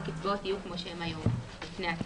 הקצבאות תהיינה כמו שהיה בעבר לפני התיקון.